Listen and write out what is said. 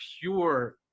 pure